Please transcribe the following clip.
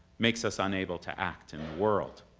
makes us unable to act in the world.